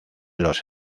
los